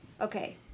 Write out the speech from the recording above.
Okay